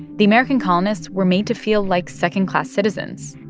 the american colonists were made to feel like second-class citizens.